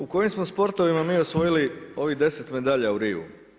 U kojim smo sportovima mi osvojili ovih 10 medalja u Riju?